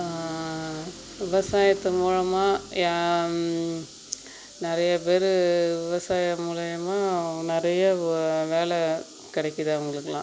விவசாயத்து மூலமாக ஏ நிறையா பேர் விவசாயம் மூலயமா நிறையா வே வேலை கிடைக்கிது அவங்களுக்குலாம்